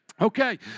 Okay